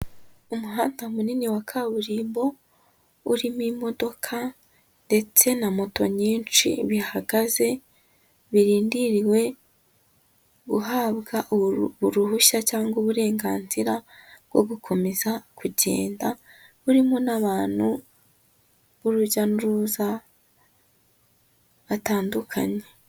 Umuhanda munini wa kaburimbo urimo imodoka ndetse na moto nyinshi bihagaze, birindiriwe guhabwa uruhushya cyangwa uburenganzira bwo gukomeza kugenda, burimo n'abantu b'urujya n'uruza batandukanye.